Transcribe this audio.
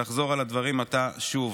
ואחזור על הדברים עתה שוב,